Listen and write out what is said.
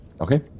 Okay